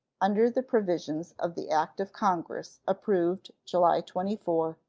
under the provisions of the act of congress approved july twenty four,